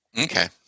Okay